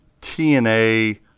TNA